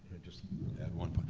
just add one. but